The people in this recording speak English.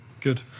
Good